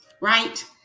right